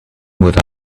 would